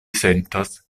sentas